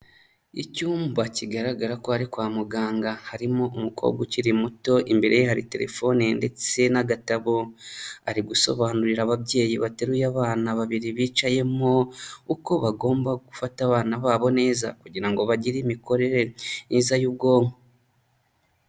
Icyumba kigaragara ko ari kwa muganga, harimo umukobwa ukiri muto imbere ye hari telefone ndetse n'agatabo, ari gusobanurira ababyeyi bateruye abana babiri bicayemo, uko bagomba gufata abana babo neza kugira ngo bagire imikorere myiza y'ubwonko.